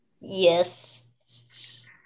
Yes